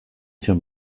zion